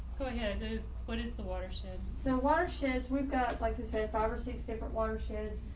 yeah and ah what is the watershed? so watersheds, we've got like to say five or six different watersheds,